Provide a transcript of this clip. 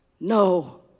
No